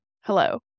Hello